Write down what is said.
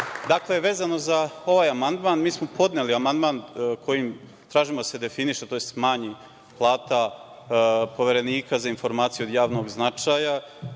vreme. Dakle, vezano za ovaj amandman, podneli smo amandman kojim tražimo da se definiše, tj. smanji plata Poverenika za informacije od javnog značaja.